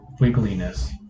wiggliness